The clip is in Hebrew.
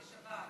בשבת.